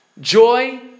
joy